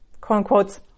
quote-unquote